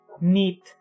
neat